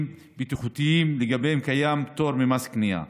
בטיחותיים שלגביהם קיים פטור ממס קנייה.